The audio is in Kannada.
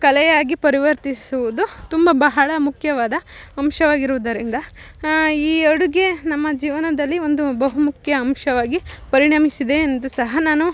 ಕಲೆಯಾಗಿ ಪರಿವರ್ತಿಸುವುದು ತುಂಬ ಬಹಳ ಮುಖ್ಯವಾದ ಅಂಶವಾಗಿರುವುದರಿಂದ ಈ ಅಡುಗೆ ನಮ್ಮ ಜೀವನದಲ್ಲಿ ಒಂದು ಬಹು ಮುಖ್ಯ ಅಂಶವಾಗಿ ಪರಿಣಮಿಸಿದೆ ಎಂದು ಸಹ ನಾನು